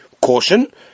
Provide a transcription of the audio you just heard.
caution